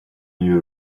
you